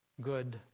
good